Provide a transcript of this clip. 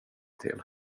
till